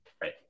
Right